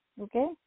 okay